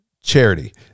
charity